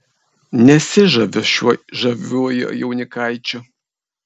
nesižaviu šiuo žaviuoju jaunikaičiu